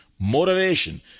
motivation